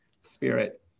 spirit